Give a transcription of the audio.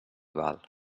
val